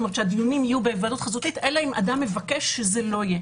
כלומר שהדיונים יהיו בהיוועדות חזותית אלא אם כן האדם מבקש שלא יהיה,